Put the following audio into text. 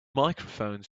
microphone